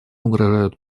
угрожают